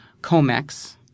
Comex